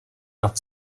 nad